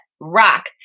Rock